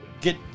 get